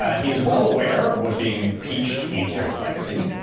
um he's well aware what being impeached means for his legacy.